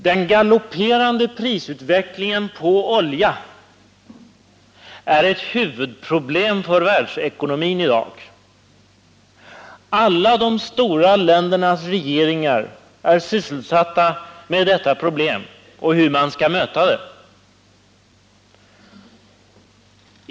Den galopperande prisutvecklingen när det gäller olja är ett huvudproblem för världsekonomin i dag. Alla de stora ländernas regeringar är sysselsatta med detta problem och diskuterar hur man skall möta svårigheterna.